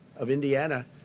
of indiana,